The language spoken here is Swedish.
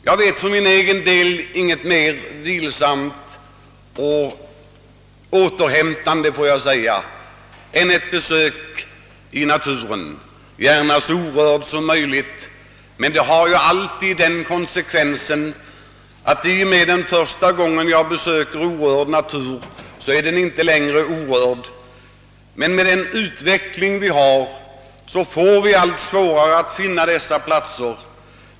För egen del vet jag ingenting mer vilsamt och återhämtande än ett besök i naturen, gärna så orörd som möjligt. Men i och med att jag första gången besöker en orörd natur, så är den inte längre orörd, och konsekvensen av den utveckling vi har blir att vi får allt svårare att finna sådana platser.